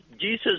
jesus